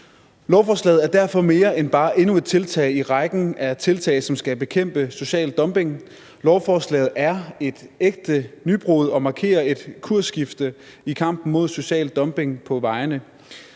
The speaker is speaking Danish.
Lovforslaget er derfor mere end bare endnu et tiltag i rækken af tiltag, som skal bekæmpe social dumping. Lovforslaget er et ægte nybrud og markerer et kursskifte i kampen mod social dumping på vejene.